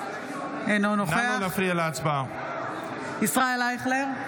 אינו נוכח ישראל אייכלר,